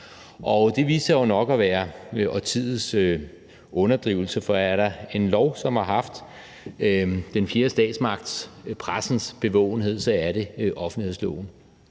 Det viste sig jo nok at være årtiets underdrivelse, for er der en lov, som har haft den fjerde statsmagts, pressens, bevågenhed, er det offentlighedsloven.